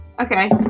Okay